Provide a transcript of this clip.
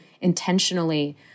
intentionally